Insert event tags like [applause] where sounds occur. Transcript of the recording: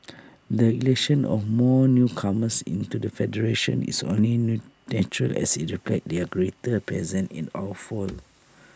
[noise] the election of more newcomers into the federation is only natural as IT reflects their greater presence in our fold [noise]